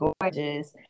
gorgeous